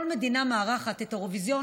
כל מדינה שמארחת את האירוויזיון,